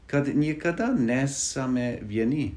kad niekada nesame vieni